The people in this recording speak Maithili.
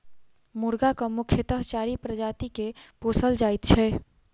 मुर्गाक मुख्यतः चारि प्रजाति के पोसल जाइत छै